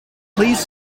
please